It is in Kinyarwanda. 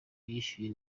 yishyuwe